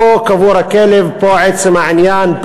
פה קבור הכלב, פה עצם העניין,